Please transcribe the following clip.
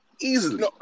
Easily